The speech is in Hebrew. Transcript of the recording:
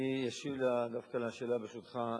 אני אשיב דווקא על השאלה השנייה, ברשותך,